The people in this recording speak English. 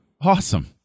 awesome